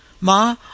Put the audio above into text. Ma